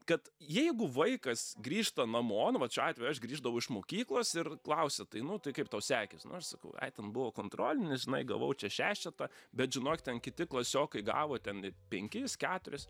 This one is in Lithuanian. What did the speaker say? kad jeigu vaikas grįžta namo nu vat šiuo atveju aš grįždavau iš mokyklos ir klausia tai nu tai kaip tau sekės nu aš sakau ai ten buvo kontrolinis žinai gavau čia šešetą bet žinok ten kiti klasiokai gavo ten ir penkis keturis